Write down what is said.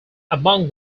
among